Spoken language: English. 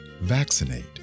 Vaccinate